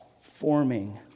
forming